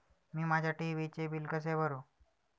मी माझ्या टी.व्ही चे बिल कसे भरू?